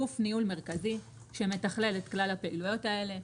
גוף ניהול מרכזי שמתכלל את כלל הפעילויות האלה,